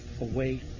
away